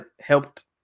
helped